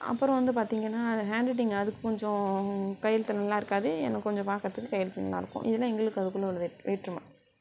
அப்புறம் வந்து பார்த்திங்கன்னா அது ஹேண்ட் ரைட்டிங் அதுக்கு கொஞ்சம் கையெழுத்து நல்லாயிருக்காது எனக்கு கொஞ்சம் பார்க்குறதுக்கு கையெழுத்து நல்லாயிருக்கும் இதுல்லாம் எங்களுக்கும் அதுக்குள்ளே வேற் வேற்றுமை